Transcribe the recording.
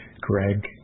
Greg